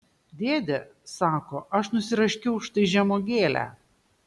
dėde sako aš nusiraškiau štai žemuogėlę